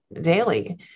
daily